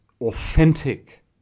Authentic